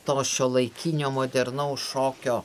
to šiuolaikinio modernaus šokio